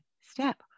step